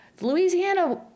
Louisiana